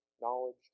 knowledge